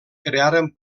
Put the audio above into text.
crearen